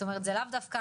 אבל הוא לא מזדהה.